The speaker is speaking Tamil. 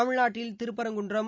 தமிழ்நாட்டில் திருப்பரங்குன்றம்